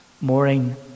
morning